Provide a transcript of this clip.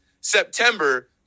September